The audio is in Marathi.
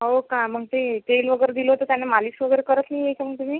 हो का मग ते तेल वगैरे दिलं होतं त्यानं मालिश वगैरे करत नाही आहे का मग तुम्ही